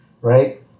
right